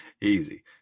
Easy